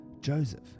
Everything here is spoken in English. Joseph